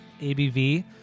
ABV